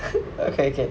okay okay